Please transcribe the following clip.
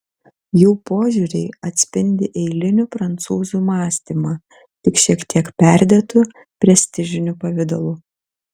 jų požiūriai atspindi eilinių prancūzų mąstymą tik šiek tiek perdėtu prestižiniu pavidalu